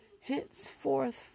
Henceforth